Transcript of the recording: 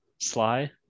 Sly